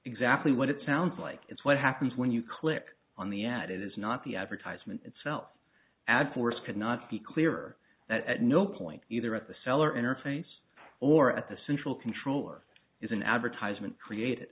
exactly what it sounds like it's what happens when you click on the ad it is not the advertisement itself ads force could not be clearer that at no point either at the seller entertains or at the central control or is an advertisement created